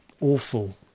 awful